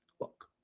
look